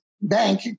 bank